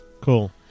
Cool